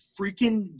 freaking